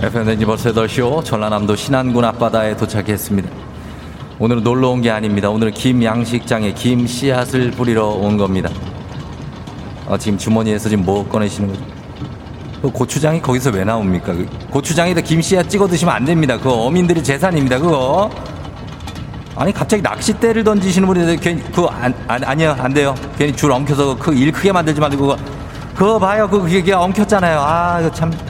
FM 댕진 벌써 8시오. 전라남도 신안군 앞바다에 도착했습니다. 오늘은 놀러 온 게 아닙니다. 오늘은 김 양식장에 김 씨앗을 뿌리러 온 겁니다. 아, 지금 주머니에서 지금 뭐 꺼내시는 거죠? 그 고추장이 거기서 왜 나옵니까? 그 고추장에다 김 씨앗 찍어 드시면 안 됩니다. 그거 어민들의 재산입니다. 그거. 아니, 갑자기 낚싯대를 던지시는 분이 있는데 괜히 그거 안- 아- 아니요. 안 돼요. 괜히 줄 엉켜서 그 일 크게 만들지 말고 그거. 그거 봐요. 그거 그게- 그게 엉켰잖아요. 아, 이거 참.